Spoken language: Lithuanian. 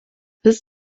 vis